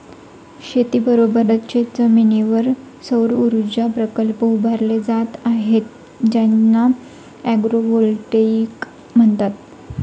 शेतीबरोबरच शेतजमिनीवर सौरऊर्जा प्रकल्प उभारले जात आहेत ज्यांना ॲग्रोव्होल्टेईक म्हणतात